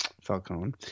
Falcone